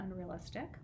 unrealistic